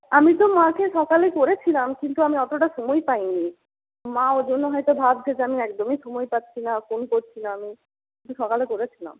আমি তো মাকে সকালে করেছিলাম কিন্তু আমি অতটা সময় পাইনি মা ওই জন্য হয়তো ভাবছে যে আমি একদমই সময় পাচ্ছি না ফোন করছি না আমি সকালে করেছিলাম